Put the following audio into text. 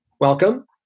Welcome